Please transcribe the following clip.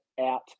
out